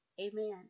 amen